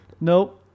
Nope